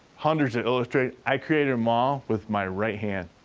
hundreds of illustra i created them all with my right hand.